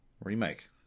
Remake